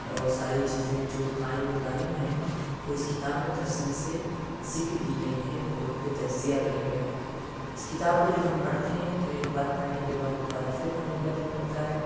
اور ساری چیزیں جو قائم و دائم ہیں وہ اس کتاب میں تفصیل سے ذکر کی گئی ہیں اور ان پہ تجزیہ کیا گیا ہے اس کتاب کو جب ہم پڑھتے ہیں تو ایک بار پڑھنے کے بعد دوبارہ پھر پڑھنے کا دل کرتا ہے